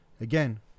Again